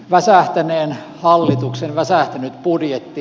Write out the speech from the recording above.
väsähtäneen hallituksen väsähtänyt budjetti